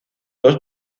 dos